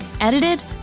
edited